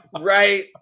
right